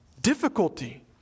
difficulty